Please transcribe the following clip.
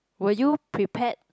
were you prepared